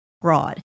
broad